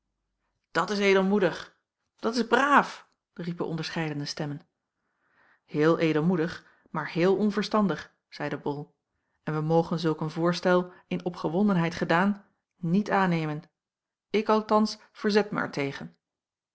dat is edelmoedig dat is braaf riepen onderscheidene stemmen heel edelmoedig maar heel onverstandig zeide bol en wij mogen zulk een voorstel in opgewondenheid gedaan niet aannemen ik althans verzet er mij tegen